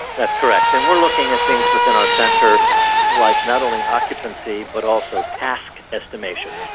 that's correct, and we're looking at things within our centre like not only occupancy but also task estimation.